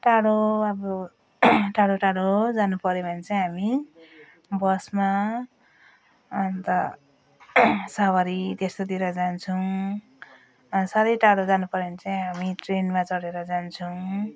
टाढो अब टाढो टाढो जानु पर्यो भने चाहिँ हामी बसमा अन्त सवारी त्यस्तोतिर जान्छौँ साह्रै टाढा जानु पर्यो भने चाहिँ हामी ट्रेनमा चढेर जान्छौँ